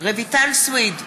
רויטל סויד,